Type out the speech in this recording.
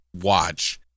watch